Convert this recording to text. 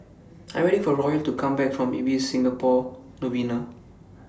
I Am waiting For Royal to Come Back from Ibis Singapore Novena